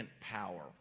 power